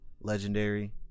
legendary